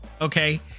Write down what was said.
Okay